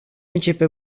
începe